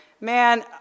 man